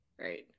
right